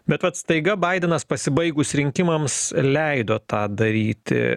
bet vat staiga baidenas pasibaigus rinkimams leido tą daryti